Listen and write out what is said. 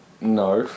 No